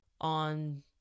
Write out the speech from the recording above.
on